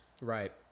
Right